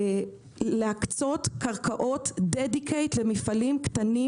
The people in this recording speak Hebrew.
להקצות קרקעות מיועדות למפעלים קטנים